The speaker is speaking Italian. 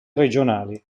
regionali